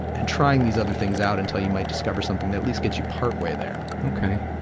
and trying these other things out until you might discover something that at least gets you partway there. okay.